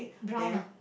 brown ah